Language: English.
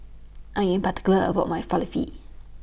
I Am particular about My Falafel